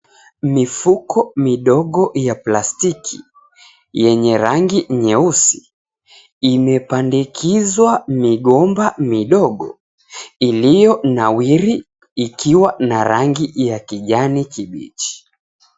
Mifuko midogo ya plastiki yenye rangi nyeusi imepandikizwa migomba midogo iliyonawiri ikiwa na rangi ya kijani kibichi.